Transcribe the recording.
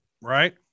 right